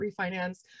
refinance